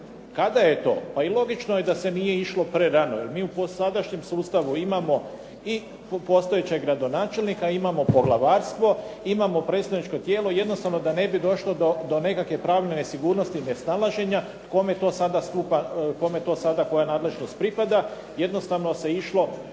Kada je to, pa i logično je da se nije išlo prerano, jer mi po sadašnjem sustavu imamo i postojećeg gradonačelnika, imamo poglavarstvo, imamo predstavničko tijelo jednostavno da ne bi došlo do nekakve pravne nesigurnosti, nesnalaženja, kome to sada koja nadležnost pripada. Jednostavno se išlo